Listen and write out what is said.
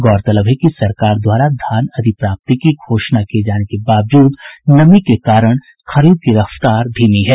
गौरतलब है कि सरकार द्वारा धान अधिप्राप्ति की घोषणा किये जाने के बावजूद नमी के कारण खरीद की रफ्तार धीमी है